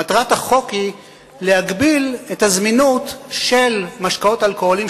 מטרת החוק היא להגביל את הזמינות של משקאות אלכוהוליים,